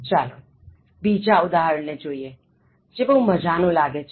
ચાલોબીજા ઉદાહરણ ને જોઇએ જે બહુ મજાનું લાગે છે